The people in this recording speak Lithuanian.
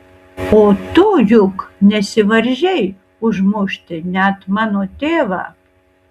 o tu juk nesivaržei užmušti net mano tėvą